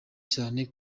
cyane